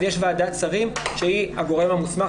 אז יש ועדת שרים שהיא הגורם המוסמך,